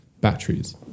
batteries